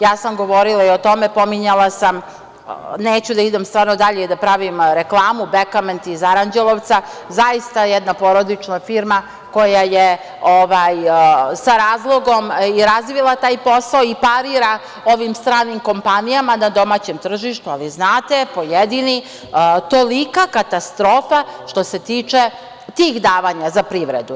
Ja sam govorila o tome, pominjala sam, neću da idem dalje, da pravim reklamu, „Bekament“ iz Aranđelovca, zaista jedna porodična firma koja je sa razlogom razvila taj posao i parira ovim stranim kompanija na domaćem tržištu, ali znate pojedini, tolika katastrofa što se tiče tih davanja za privredu.